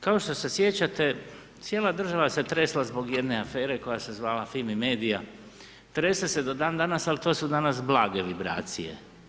Kao što se sjećate cijela država je tresla zbog jedne afere koja se zvala FIMI MEDIA, trese se do dan danas ali to su danas blage vibracije.